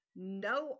no